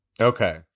Okay